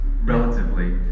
relatively